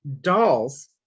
dolls